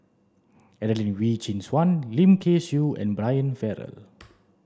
Adelene Wee Chin Suan Lim Kay Siu and Brian Farrell